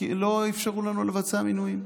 לא אפשרו לנו לבצע מינויים.